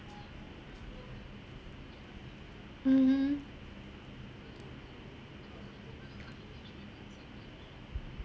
mmhmm